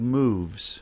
moves